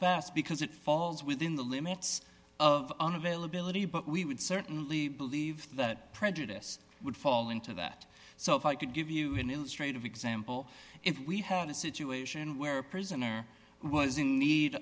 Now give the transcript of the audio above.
fast because it falls within the limits of an availability but we would certainly believe that prejudice would fall into that so if i could give you an illustration of example if we had a situation where a prisoner who was in need